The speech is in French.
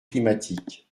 climatique